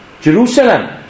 Jerusalem